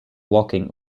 walking